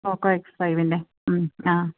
പോക്കോ X ഫൈവിൻ്റെ hmm ആ